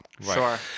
Sure